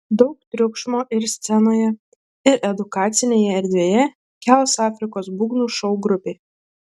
daug triukšmo ir scenoje ir edukacinėje erdvėje kels afrikos būgnų šou grupė